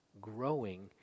growing